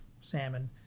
salmon